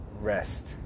rest